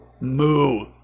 Moo